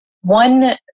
one